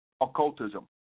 occultism